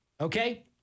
Okay